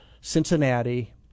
Cincinnati